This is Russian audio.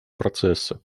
процесса